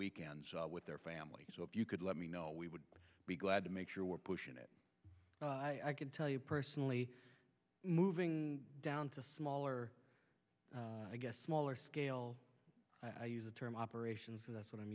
weekends with their families so if you could let me know we would be glad to make sure we're pushing it i can tell you personally moving down to smaller i guess smaller scale i use the term operations so that's what i'm